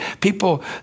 people